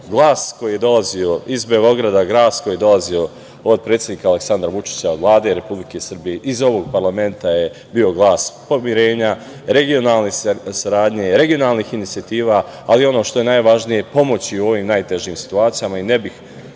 glas koji dolazi iz Beograda, glas koji je dolazi od predsednika Aleksandra Vučića, od Vlade Republike Srbije, iza ovog parlamenta je bio glas pomirenja, regionalne saradnje, regionalnih inicijativa, ali, ono što je najvažnije, i pomoći u ovim najtežim situacijama. Ne bih